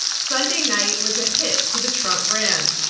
sunday night was a hit to the trump brand.